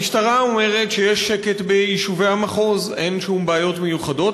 המשטרה אומרת שיש שקט ביישובי המחוז ואין שום בעיות מיוחדות.